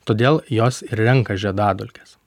todėl jos renka žiedadulkes